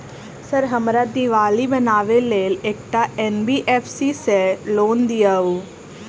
Sir हमरा दिवाली मनावे लेल एकटा एन.बी.एफ.सी सऽ लोन दिअउ?